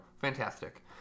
fantastic